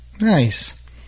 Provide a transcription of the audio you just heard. Nice